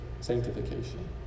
sanctification